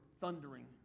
thundering